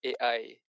AI